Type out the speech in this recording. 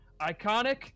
ICONIC